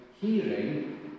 hearing